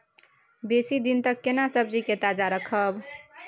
बेसी दिन तक केना सब्जी के ताजा रखब?